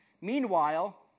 Meanwhile